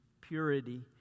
purity